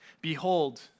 Behold